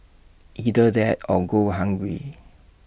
either that or go hungry